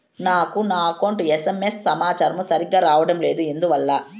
నాకు నా account SMS సమాచారము సరిగ్గా రావడం లేదు ఎందువల్ల?